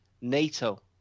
NATO